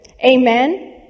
Amen